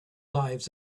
lives